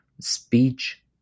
speech